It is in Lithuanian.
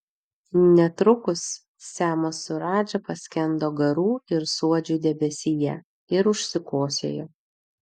netrukus semas su radža paskendo garų ir suodžių debesyje ir užsikosėjo